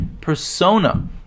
persona